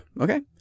Okay